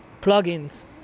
plugins